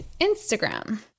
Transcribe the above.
Instagram